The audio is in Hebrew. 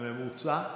בממוצע,